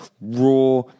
raw